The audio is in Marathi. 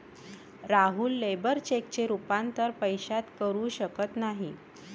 राहुल लेबर चेकचे रूपांतर पैशात करू शकत नाही